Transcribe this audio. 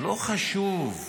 לא חשוב.